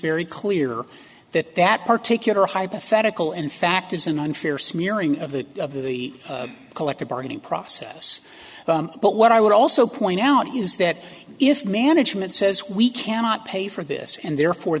very clear that that particular hypothetical in fact is an unfair smearing of the of the collective bargaining process but what i would also point out is that if management says we cannot pay for this and therefore